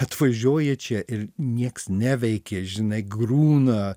atvažiuoji čia ir nieks neveikia žinai griūna